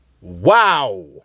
Wow